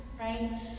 right